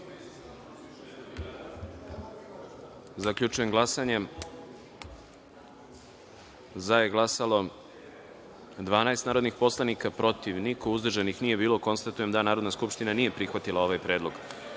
predlog. Zaključujem glasanje: za je glasalo – 15 narodnih poslanika, protiv – niko, uzdržanih – nije bilo. Konstatujem da Narodna skupština nije prihvatila ovaj predlog. Narodni